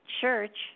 church